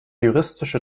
juristische